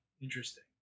Interesting